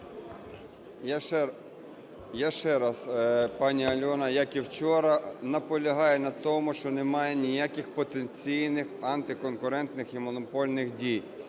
Я ще раз, пані Альона, як і вчора, наполягаю на тому, що немає ніяких потенційних антиконкурентних і монопольних дій,